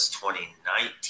2019